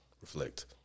reflect